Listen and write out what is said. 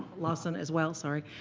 lawson as well, sorry.